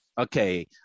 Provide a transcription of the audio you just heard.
okay